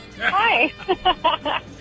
Hi